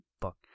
fuck